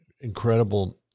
incredible